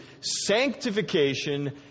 sanctification